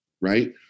right